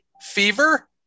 Fever